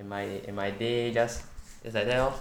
and my and my day just just like that lor